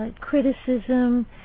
Criticism